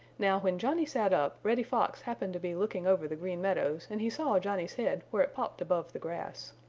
now, when johnny sat up, reddy fox happened to be looking over the green meadows and he saw johnny's head where it popped above the grass.